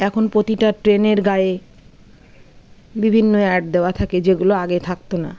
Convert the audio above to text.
এখন প্রতিটা ট্রেনের গায়ে বিভিন্ন অ্যাড দেওয়া থাকে যেগুলো আগে থাকতো না